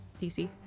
DC